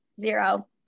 zero